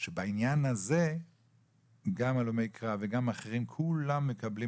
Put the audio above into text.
שבעניין הזה גם הלומי קרב וגם אחרים כולם מקבלים